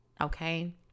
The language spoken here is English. Okay